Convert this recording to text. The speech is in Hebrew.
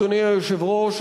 אדוני היושב-ראש,